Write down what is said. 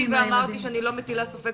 אני בכוונה פתחתי ואמרתי שאני לא מטילה ספק